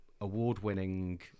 award-winning